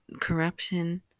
corruption